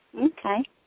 Okay